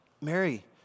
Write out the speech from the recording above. Mary